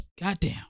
goddamn